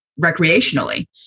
recreationally